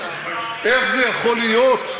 איך זה יכול להיות?